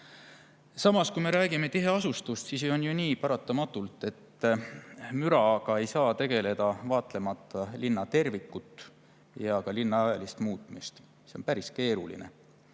Samas, kui me räägime tiheasustusest, siis on ju paratamatult nii, et müraga ei saa tegeleda, vaatlemata linna tervikuna ja ka linna ajalist muutmist. See on päris keeruline.